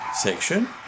section